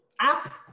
app